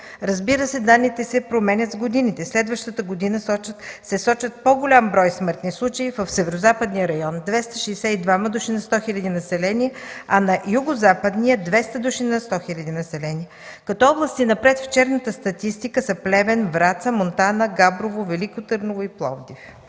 Разбира се, данните се променят в годините. Следващата година се сочат по-голям брой смъртни случаи в Северозападния район – 262 души на 100 хиляди население, а в Югозападния – 200 души на 100 хиляди население. Като области напред в черната статистика са Плевен, Враца, Монтана, Габрово, Велико Търново и Пловдив.